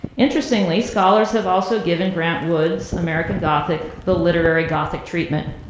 interestingly, scholars have also given grant wood's american gothic the literary gothic treatment.